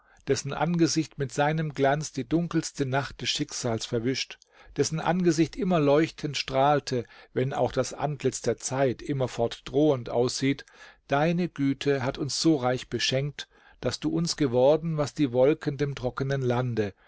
dessen angesicht mit seinem glanz die dunkelste nacht des schicksals verwischt dessen angesicht immer leuchtend strahlte wenn auch das antlitz der zeit immerfort drohend aussieht deine güte hat uns so reich beschenkt daß du uns geworden was die wolken dem trockenen lande